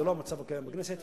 זה לא המצב הקיים בכנסת,